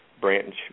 branch